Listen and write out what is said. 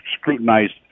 scrutinized